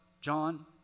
John